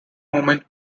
movement